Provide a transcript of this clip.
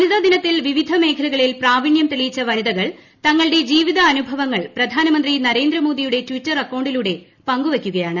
വനിതാദിനത്തിൽ വിവിധ മേഖലകളിൽ പ്രാവിണൃം തെളിയിച്ച വനിതകൾ തങ്ങളുടെ ജീവിതാനുഭവങ്ങൾ പ്രധാനമന്ത്രി നരേന്ദ്രമോദിയുടെ ടിറ്റർ അക്കൌണ്ടിലൂടെ ഇന്ത്യയുടെ പങ്കുവയ്ക്കുകയാണ്